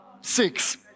six